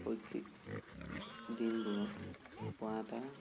শৈক্ষিক দিনবোৰত পোৱা এটা